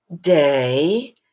day